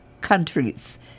countries